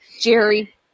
Jerry